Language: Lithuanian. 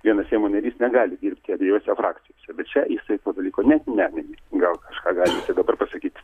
vienas seimo narys negali dirbti abiejose frakcijose bet čia jisai to dalyko net nemini gal kažką galit dabar pasakyt